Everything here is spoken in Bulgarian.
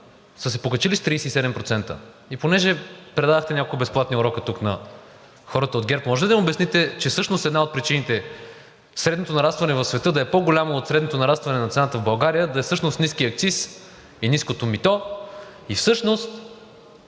са се покачили с 37%. И понеже предадохте няколко безплатни урока тук на хората от ГЕРБ, може ли да им обясните, че всъщност една от причините средното нарастване в света да е по-голямо от средното нарастване на цената в България всъщност е ниският акциз и ниското мито и всъщност